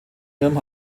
ihrem